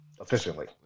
efficiently